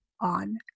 on